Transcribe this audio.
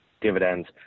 dividends